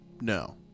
no